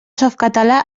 softcatalà